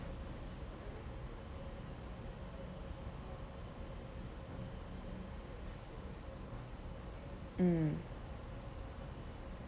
mm